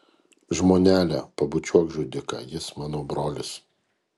žmonele pabučiuok žudiką jis mano brolis